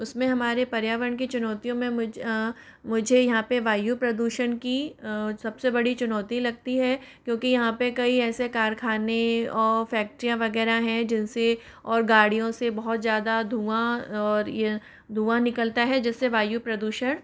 उसमें हमारे पर्यावरण की चुनौतियों में मुझे यहाँ पे वायु प्रदूषण की सबसे बड़ी चुनौती लगती है क्योंकि यहाँ पे कई ऐसे कारखाने और फैक्ट्रियां वगैरह है जिनसे और गाड़ियों से बहुत ज़्यादा धुआं और धुआं निकलता है जिससे वायु प्रदूषण